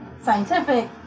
scientific